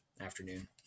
afternoon